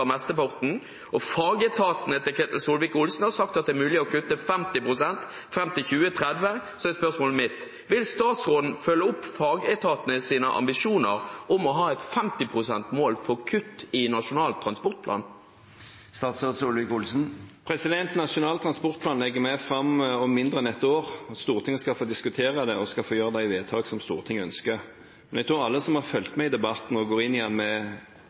og når fagetatene til Ketil Solvik-Olsen har sagt at det er mulig å kutte 50 pst. fram til 2030, er spørsmålet mitt: Vil statsråden følge opp fagetatenes ambisjoner om å ha et 50 pst.-mål for kutt i Nasjonal transportplan? Nasjonal transportplan legger vi fram om mindre enn ett år. Stortinget skal få diskutere det og gjøre de vedtak som Stortinget ønsker. Men jeg tror alle som har fulgt med i debatten og går inn i den med